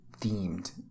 themed